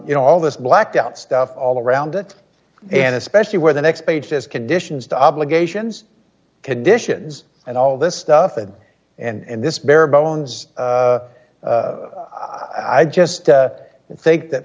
you know all this blacked out stuff all around it and especially where the next page says conditions the obligations conditions and all this stuff and and this bare bones i just think that